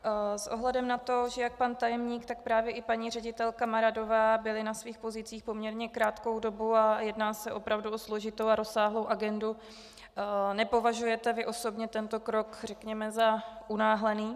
S ohledem na to, že jak pan tajemník, tak právě i paní ředitelka Maradová byli na svých pozicích poměrně krátkou dobu a jedná se opravdu o složitou a rozsáhlou agendu, nepovažujete vy osobně tento krok řekněme za unáhlený?